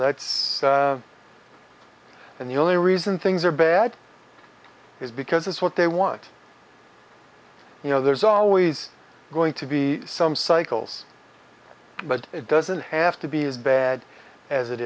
that's and the only reason things are bad is because it's what they want you know there's always going to be some cycles but it doesn't have to be as bad as it